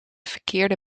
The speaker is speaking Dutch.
verkeerde